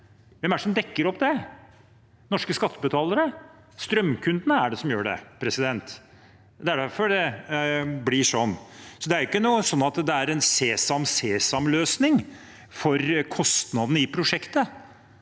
hvem er det som dekker opp det? Norske skattebetalere, strømkundene, er det som gjør det. Det er derfor det blir sånn. Det er jo ikke sånn at det er en sesam, sesam-løsning for kostnadene i prosjektet.